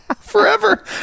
forever